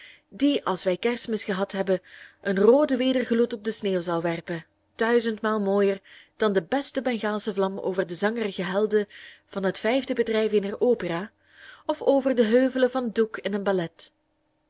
die als wij kerstmis gehad hebben een rooden wedergloed op de sneeuw zal werpen duizendmaal mooier dan de beste bengaalsche vlam over de zangerige helden van het vijfde bedrijf eener opera of over de heuvelen van doek in een ballet